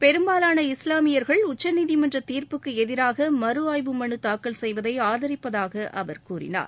பெரும்பாலான இஸ்லாமியர்கள் உச்சநீதிமன்ற தீர்ப்புக்கு எதிராக மறு ஆய்வு மனு தாக்கல் செய்வதை ஆதரிப்பதாக அவர் கூறினார்